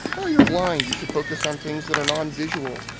yeah you're blind, you should focus on things that are non-visual,